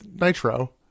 Nitro